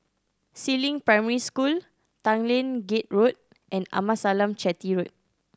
Si Ling Primary School Tanglin Gate Road and Amasalam Chetty Road